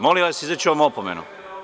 Molim vas, izreći ću vam opomenu.